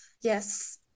yes